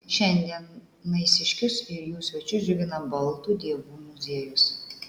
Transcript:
šiandien naisiškius ir jų svečius džiugina baltų dievų muziejus